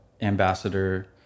ambassador